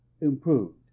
Improved